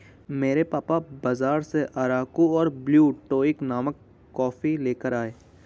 मेरे पापा बाजार से अराकु और ब्लू टोकाई नामक कॉफी लेकर आए